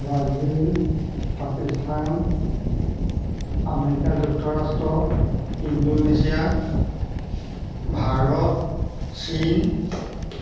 Brazil Pakistan America যুক্তৰাষ্ট্ৰ Indonesia Bharat চীন